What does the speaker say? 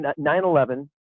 9-11